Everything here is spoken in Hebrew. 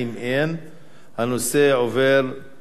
הנושא עובר לוועדת חוץ וביטחון.